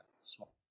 small